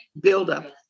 buildup